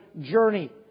journey